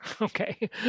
okay